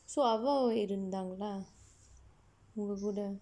so அவ்வா இருத்தாங்களா உங்க கூட:avvaa irundthaangkalaa ungka kuuda